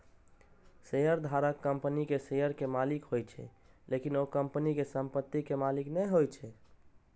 शेयरधारक कंपनीक शेयर के मालिक होइ छै, लेकिन ओ कंपनी के संपत्ति के मालिक नै होइ छै